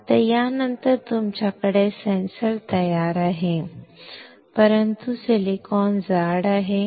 आता यानंतर तुमच्याकडे सेन्सर तयार आहे परंतु सिलिकॉन जाड आहे